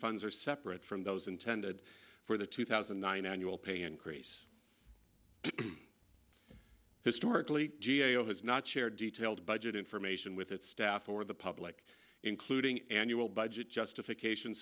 funds are separate from those intended for the two thousand and nine annual pay increase historically g a o has not shared detailed budget information with its staff or the public including annual budget justification